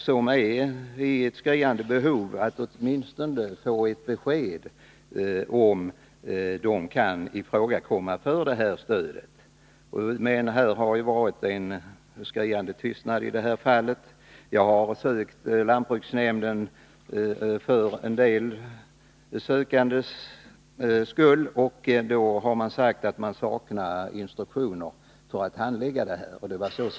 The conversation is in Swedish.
De är i ett skriande behov av stödet och borde åtminstone få ett besked om huruvida de kan ifrågakomma för det. Det har rått en lika skriande tystnad i det fallet. Jag har så sent som i januari månad kontaktat lantbruksnämnden för några av de sökandes räkning och fått beskedet att man saknar instruktioner om hur ansökningarna skall handläggas.